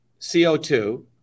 CO2